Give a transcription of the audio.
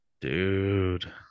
Dude